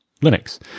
Linux